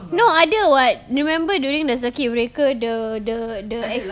no ada [what] remember during the circuit breaker the the the ex~